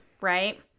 right